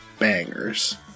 bangers